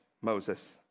Moses